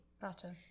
Gotcha